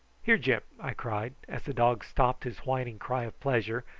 here, gyp! i cried, as the dog stopped his whining cry of pleasure,